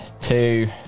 two